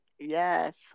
Yes